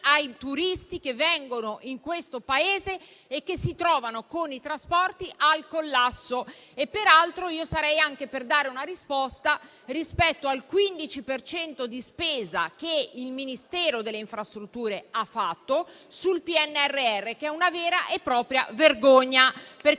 ai turisti che vengono in questo Paese e si trovano con i trasporti al collasso. Peraltro, io sarei anche per dare una risposta rispetto al 15 per cento di spesa che il Ministero delle infrastrutture ha fatto sul PNRR, che è una vera e propria vergogna, perché